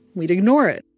we'd ignore it